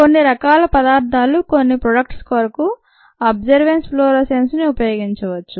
కొన్ని రకాల పదార్థాలు కొన్ని ప్రొడక్ట్స్ కొరకు అబ్సర్బెన్స్ ఫ్లోరోసెన్స్ ని మీరు ఉపయోగించవచ్చు